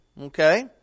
Okay